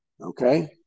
okay